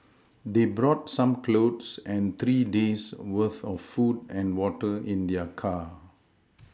they brought some clothes and three days' worth of food and water in their car